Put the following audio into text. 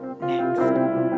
next